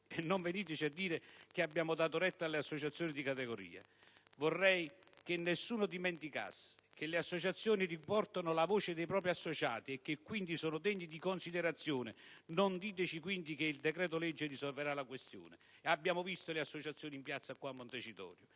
Non veniteci a dire che abbiamo dato retta alle associazioni di categoria: vorrei che nessuno dimenticasse che le associazioni riportano la voce dei propri associati e che quindi sono degne di considerazione. Non diteci, quindi, che il decreto-legge risolverà la questione. Abbiamo visto le associazioni in piazza qui e a Montecitorio,